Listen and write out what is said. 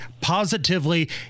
positively